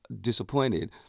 disappointed